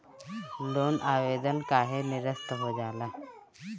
Loan आवेदन काहे नीरस्त हो जाला?